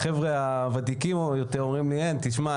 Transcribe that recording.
החבר'ה הוותיקים אומרים לי: תשמע,